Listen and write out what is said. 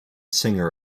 singer